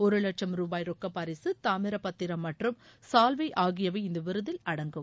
ஒரு லட்சம் ரூபாய் ரொக்க பரிசு தாமிரப்பத்திரம் மற்றும் சால்வை ஆகியவை இந்த விருதில் அடங்கும்